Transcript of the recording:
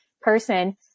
person